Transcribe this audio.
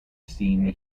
steam